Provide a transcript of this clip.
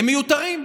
הם מיותרים.